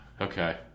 Okay